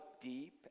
deep